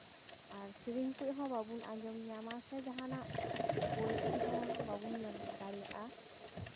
ᱟᱨ ᱥᱮᱨᱮᱧ ᱠᱩᱡ ᱦᱚᱸ ᱵᱟᱵᱚ ᱟᱸᱡᱚᱢ ᱧᱟᱢᱟ ᱥᱮ ᱡᱟᱦᱟᱱᱟᱜ ᱵᱳᱭ ᱠᱩᱡ ᱦᱚᱸ ᱵᱟᱵᱚᱱ ᱧᱮᱞ ᱫᱟᱲᱮᱭᱟᱜᱼᱟ